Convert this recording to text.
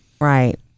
Right